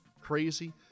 Crazy